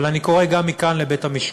אבל אני קורא גם מכאן לבית-המשפט